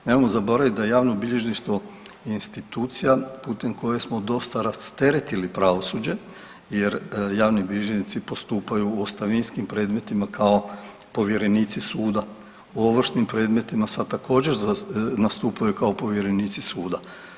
Nemojmo zaboraviti da je javno bilježništvo institucija putem koje smo dosta rasteretili pravosuđe jer javni bilježnici postupaju u ostavinskim predmetima kao povjerenici suda, u ovršnim predmetima također nastupaju kao povjerenici suda.